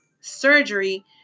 surgery